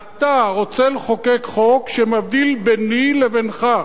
אתה רוצה לחוקק חוק שמבדיל ביני לבינך.